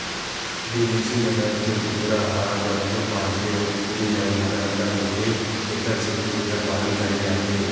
बिदेसी नसल के कुकरा ह झटकुन बाड़थे अउ कुकरी ह जादा अंडा देथे तेखर सेती एखर पालन करे जाथे